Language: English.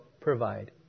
provide